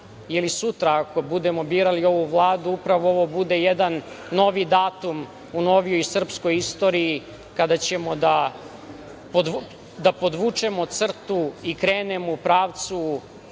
ili sutra ako budemo birali ovu Vladu, upravo ovo bude jedan novi datum u novijoj srpskoj istoriji kada ćemo da podvučemo crtu i krenemo u pravcu